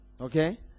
Okay